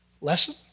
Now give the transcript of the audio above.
Lesson